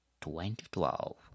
2012